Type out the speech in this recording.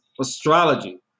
astrology